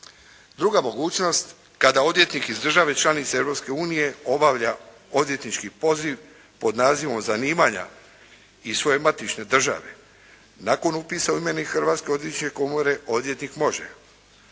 Druga mogućnost kada odvjetnik iz države članice Europske unije obavlja odvjetnički poziv pod nazivom zanimanja i svoje matične države nakon upisa u imenik Hrvatske odvjetničke komore odvjetnik može